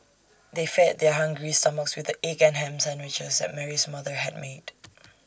they fed their hungry stomachs with the egg and Ham Sandwiches that Mary's mother had made